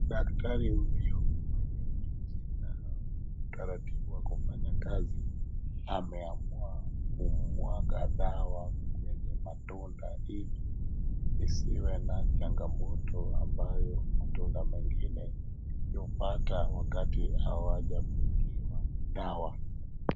Daktari huyu mwenye ujuzi na utaratibu wa kufanya kazi ameamua kumwaga dawa kwenye matunda ili isiwe na changamoto ambayo matunda mengine hupata wakati hawajapatiwa dawa.